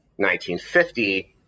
1950